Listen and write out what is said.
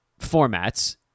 formats